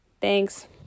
Thanks